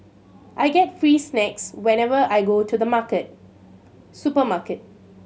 I get free snacks whenever I go to the market supermarket